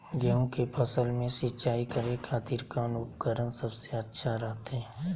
गेहूं के फसल में सिंचाई करे खातिर कौन उपकरण सबसे अच्छा रहतय?